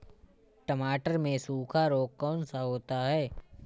टमाटर में सूखा रोग कौन सा होता है?